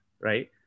right